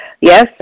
Yes